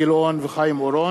הצעת חוק כרטיסי חיוב (תיקון,